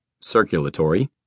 circulatory